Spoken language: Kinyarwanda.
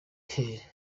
pele